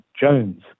Jones